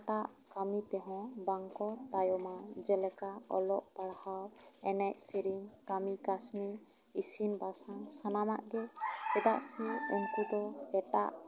ᱚᱠᱟᱴᱟᱜ ᱠᱟᱹᱢᱤ ᱛᱮᱦᱚᱸ ᱵᱟᱝ ᱠᱚ ᱛᱟᱭᱚᱢᱟ ᱡᱮᱞᱮᱠᱟ ᱚᱞᱚᱜ ᱯᱟᱲᱦᱟᱣ ᱮᱱᱮᱡ ᱥᱮᱨᱮᱧ ᱠᱟᱹᱢᱤ ᱠᱟᱹᱥᱱᱤ ᱤᱥᱤᱱ ᱵᱟᱥᱟᱝ ᱥᱟᱱᱟᱢᱟᱜ ᱜᱮ ᱪᱮᱫᱟᱜ ᱥᱮ ᱩᱱᱠᱩ ᱫᱚ ᱮᱴᱟᱜ